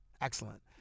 excellent